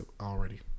already